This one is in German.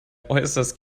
äußerst